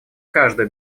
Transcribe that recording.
каждое